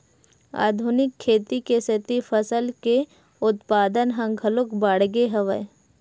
आधुनिक खेती के सेती फसल के उत्पादन ह घलोक बाड़गे हवय